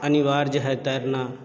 अनिवार्य है तैरना